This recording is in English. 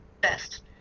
best